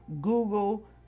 Google